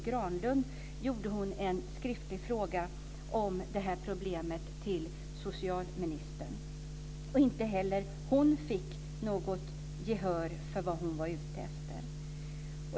Granlund en skriftlig fråga om detta problem till socialministern. Inte heller hon vann gehör för vad hon var ute efter.